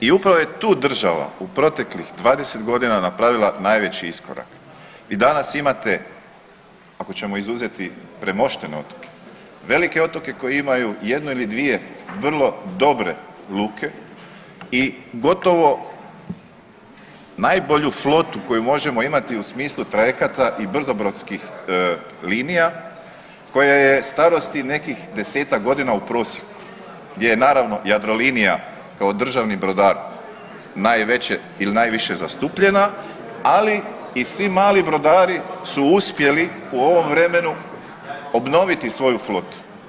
I upravo je tu država u proteklih 20 godina napravila najveći iskorak i danas imate ako ćemo izuzeti premoštene otoke, velike otoke koji imaju jednu ili dvije vrlo dobre luke i gotovo najbolju flotu koju možemo imati u smislu trajekata i brzobrodskih linija koja je starosti nekih desetak godina u prosjeku gdje je naravno Jadrolinija kao državni brodar najveće ili najviše zastupljena, ali i svi mali brodari su uspjeli u ovom vremenu obnoviti svoju flotu.